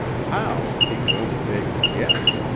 how, he could only vaguely guess.